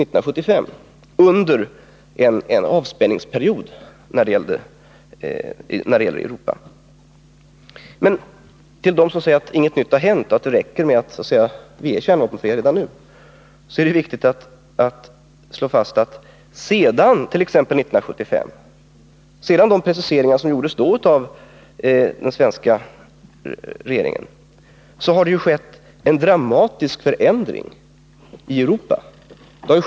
Det var emellertid under en avspänningsperiod i Europa. Det finns de som säger att ingenting nytt har hänt, att det räcker med att Norden redan nu är en kärnvapenfri zon. Det är då viktigt att slå fast att det sedan 1975, dvs. efter de preciseringar som gjordes av den svenska regeringen, har skett en dramatisk förändring i Europa.